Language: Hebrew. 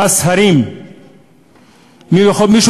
והאזרח צריך רק 3.5 קוב מים בחודש.